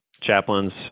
chaplains